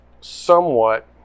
somewhat